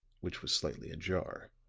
which was slightly ajar